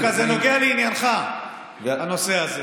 דווקא זה נוגע לעניינך, הנושא הזה.